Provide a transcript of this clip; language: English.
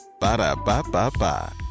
Ba-da-ba-ba-ba